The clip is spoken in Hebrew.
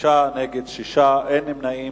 בעד 26, נגד, 6, אין נמנעים.